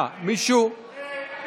רגע, רגע.